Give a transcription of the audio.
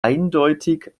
eindeutig